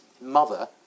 mother